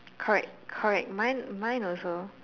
correct correct mine mine also